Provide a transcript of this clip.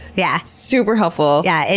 yeah super helpful. yeah, and